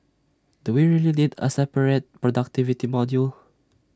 do we really need A separate productivity module